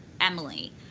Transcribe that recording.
Emily